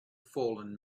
fallen